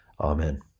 Amen